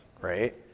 right